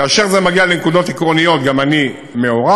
כאשר זה מגיע לנקודות עקרוניות גם אני מעורב,